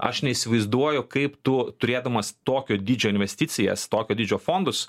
aš neįsivaizduoju kaip tu turėdamas tokio dydžio investicijas tokio dydžio fondus